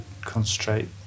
concentrate